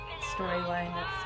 storyline